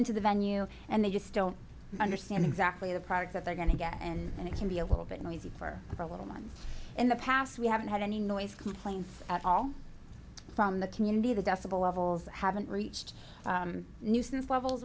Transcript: into the venue and they just don't understand exactly the product that they're going to get in and it can be a little bit noisy for a little one in the past we haven't had any noise complaints at all from the community the decibel levels haven't reached nuisance levels